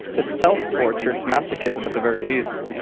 it's self-torture. it's masochism at the very least.